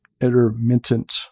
intermittent